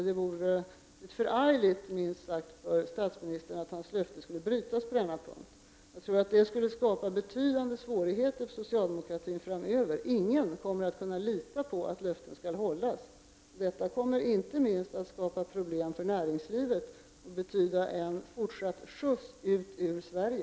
Det vore minst sagt förargligt för statsministern, om hans löfte skulle brytas på denna punkt. Det skulle skapa betydande svårigheter för socialdemokratin framöver. Ingen kommer att kunna lita på att löften skall hållas. Detta kommer att skapa problem för näringslivet och betyda en fortsatt skjuts ut ur Sverige.